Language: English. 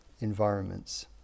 environments